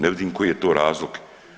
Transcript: Ne vidim koji je to razlog.